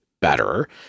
better